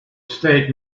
state